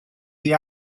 the